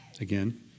again